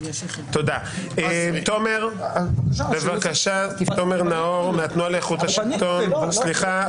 תומר נאור, מהתנועה לאיכות השלטון, בבקשה.